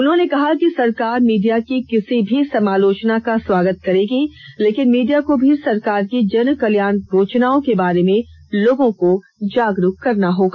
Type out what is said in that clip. उन्होंने कहा कि सरकार मीडिया की किसी भी समालोचना का स्वागत करेगी लेकिन मीडिया को भी सरकार की जनकल्याण की योजनाओं के बारे में लोगों को जागरुक करना होगा